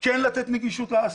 כן לתת נגישות להאסי,